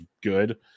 good